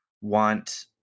want